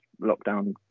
lockdown